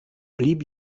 blieb